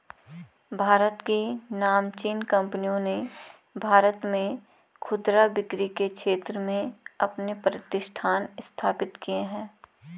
भारत की नामचीन कंपनियों ने भारत में खुदरा बिक्री के क्षेत्र में अपने प्रतिष्ठान स्थापित किए हैं